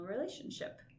relationship